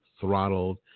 throttled